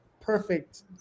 perfect